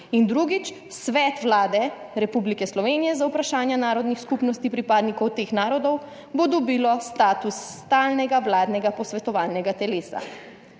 In drugič, svet Vlade Republike Slovenije za vprašanja narodnih skupnosti pripadnikov teh narodov bo dobil status stalnega vladnega posvetovalnega telesa.